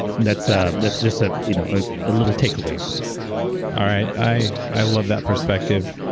that's ah that's just ah you know ah a little takeaway for people all right. i i love that perspective.